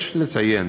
יש לציין